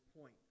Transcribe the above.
point